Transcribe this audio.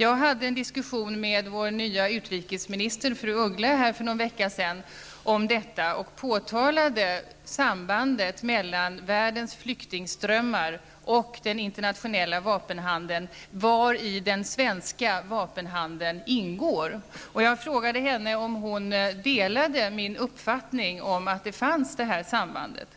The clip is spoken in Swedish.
Jag hade en diskussion med vår nya utrikesminister fru af Ugglas för någon vecka sedan om detta och påtalade sambandet mellan världens flyktingströmmar och den internationella vapenhandeln, vari den svenska vapenhandeln ingår. Jag frågade henne om hon delade min uppfattning att detta samband finns.